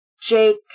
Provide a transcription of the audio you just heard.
Jake